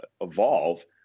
evolve